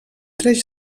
tres